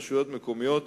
רשויות מקומיות,